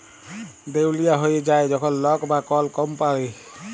দেউলিয়া হঁয়ে যায় যখল লক বা কল কম্পালি